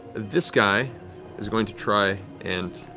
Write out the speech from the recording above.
this guy is going to try and